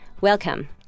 Welcome